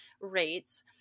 rates